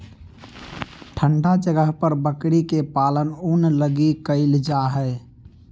ठन्डा जगह पर बकरी के पालन ऊन लगी कईल जा हइ